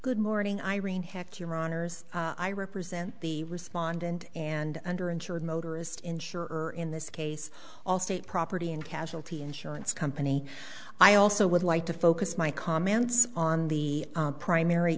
good morning irene hack your honour's i represent the respondent and under insured motorist insurer in this case allstate property and casualty insurance company i also would like to focus my comments on the primary